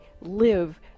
live